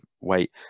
weight